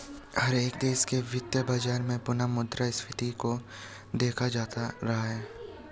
हर एक देश के वित्तीय बाजार में पुनः मुद्रा स्फीती को देखा जाता रहा है